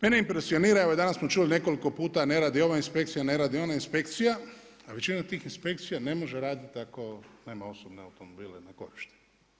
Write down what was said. Mene impresionira, evo i danas smo čuli nekoliko puta ne radi ova inspekcija, ne radi ona inspekcija, a većina tih inspekcija ne može raditi ako nema osobne automobile na korištenje.